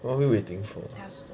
what are we waiting for